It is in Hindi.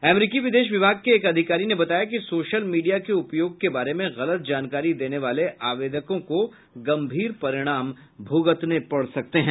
अमरीकी विदेश विभाग के एक अधिकारी ने बताया की सोशल मीडिया के उपयोग के बारे में गलत जानकारी देने वाले आवेदकों को गंभीर परिणाम भुगतने पड़ सकते हैं